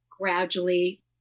gradually